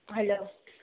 hello